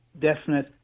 definite